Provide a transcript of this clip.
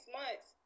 months